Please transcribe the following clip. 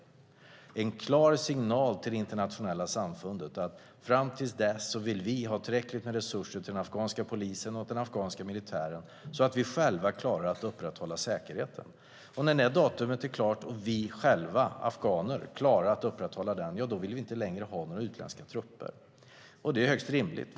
Det är en klar signal till det internationella samfundet att fram till dess vill man ha tillräckligt med resurser till den afghanska polisen och den afghanska militären så att man själv klarar att upprätthålla säkerheten. När datumet är klart och afghanerna själva klarar att upprätthålla säkerheten vill man inte längre ha några utländska trupper. Det är högst rimligt.